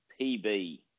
PB